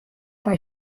bei